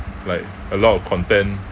like a lot of content